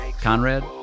conrad